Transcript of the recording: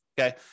Okay